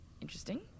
interesting